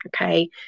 okay